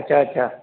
अछा अछा